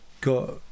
got